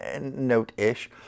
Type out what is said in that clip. note-ish